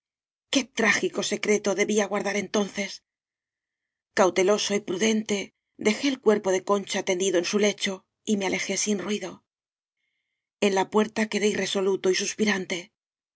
qué trágico secreto debía guardar entonces cauteloso y prudente de jé el cuerpo de concha tendido en su lecho y me alejé sin ruido en la puerta quedé irre